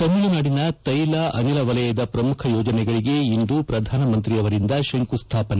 ತಮಿಳುನಾಡಿನ ತೈಲ ಅನಿಲ ವಲಯದ ಪ್ರಮುಖ ಯೋಜನೆಗಳಿಗೆ ಇಂದು ಪ್ರಧಾನಮಂತ್ರಿ ಅವರಿಂದ ಶಂಕುಸ್ಥಾಪನೆ